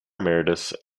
emeritus